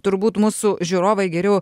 turbūt mūsų žiūrovai geriau